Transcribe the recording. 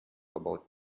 about